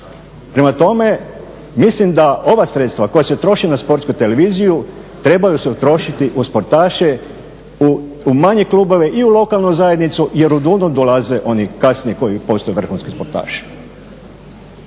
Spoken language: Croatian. Prema tome, mislim da ova sredstva koja se troše na Sportsku televiziju trebaju se utrošiti u sportaše u manje klubove i u lokalnu zajednicu jer odonda dolaze oni kasnije koji postaju vrhunski sportaši.